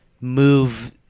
move